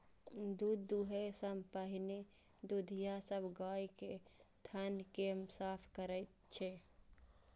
दूध दुहै सं पहिने दुधिया सब गाय के थन कें साफ करै छै